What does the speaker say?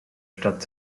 stadt